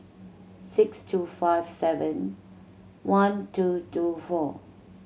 six two five seven one two two four